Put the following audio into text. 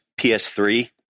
PS3